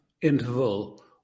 interval